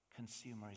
consumerism